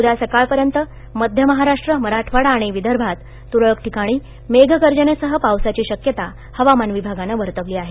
उ ा सकाळपयत म य महारा मराठवाडा आणि विदभात तुरळक ठिकाणी मेघगजनेसह पावसाची श यता हवामान विभागानं वतवली आहे